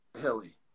Hilly